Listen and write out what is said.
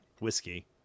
Whiskey